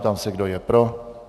Ptám se, kdo je pro.